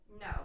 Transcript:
No